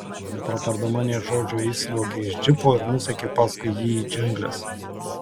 nepratardama nė žodžio išsliuogė iš džipo ir nusekė paskui jį į džiungles